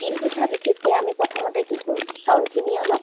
তিলপিঠা বিশেষকৈ আমি প্ৰথমতে কি কৰোঁ চাউলখিনি অলপ